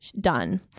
done